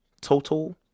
total